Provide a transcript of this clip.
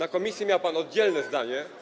W komisji miał pan oddzielne zdanie.